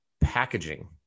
packaging